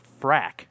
frack